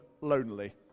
lonely